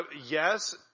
Yes